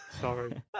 Sorry